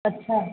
अच्छा